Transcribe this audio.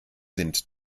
sind